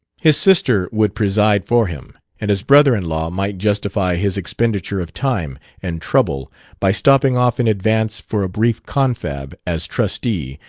his sister would preside for him and his brother-in-law might justify his expenditure of time and trouble by stopping off in advance for a brief confab, as trustee,